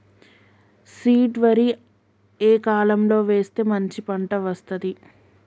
Seed వరి ఏ కాలం లో వేస్తే మంచి పంట వస్తది?